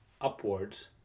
upwards